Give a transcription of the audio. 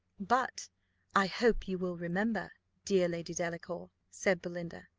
but i hope you will remember, dear lady delacour, said belinda,